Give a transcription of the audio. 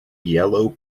yellow